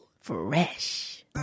Fresh